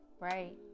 right